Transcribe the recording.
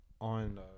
On